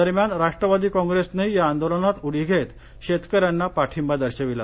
दरम्यान राष्वादी काँग्रैसनेही या आंदोलनात उडी घेत शेतक यांना पाठिंबा दर्शविला